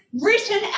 written